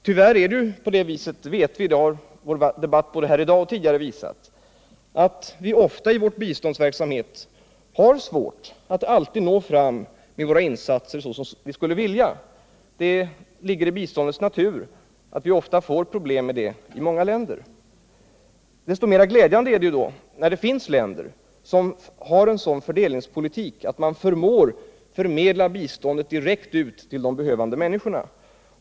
Tyvärr är det på det sättet — det har både dagens debatt och tidigare debatter visat — att vi i vår biståndsverksamhet kan ha svårt att nå fram med våra insatser så som vi skulle vilja. Det ligger i biståndets natur att vi när det gäller många länder ofta får problem av det här slaget. Så mycket mer glädjande är det då att det finns länder som har en sådan fördelningspolitik att de förmår förmedla biståndet direkt till de behövande människorna.